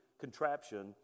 contraption